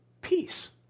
peace